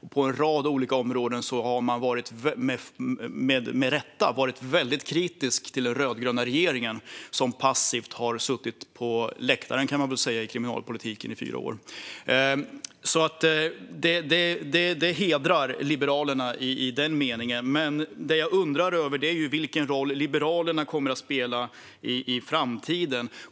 På en rad olika områden har man med rätta varit väldigt kritisk till den rödgröna regeringen, som passivt har suttit på läktaren i kriminalpolitiken i fyra år. Det hedrar Liberalerna. Det jag undrar över är vilken roll Liberalerna kommer att spela i framtiden.